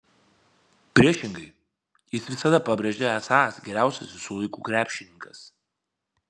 priešingai jis visada pabrėžia esąs geriausias visų laikų krepšininkas